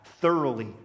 thoroughly